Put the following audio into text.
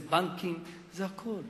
זה בנקים וזה הכול.